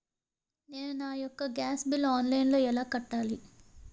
నేను నా యెక్క గ్యాస్ బిల్లు ఆన్లైన్లో ఎలా కట్టాలి?